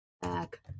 back